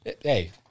Hey